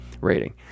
rating